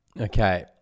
Okay